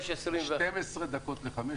סיימנו 12 דקות לפני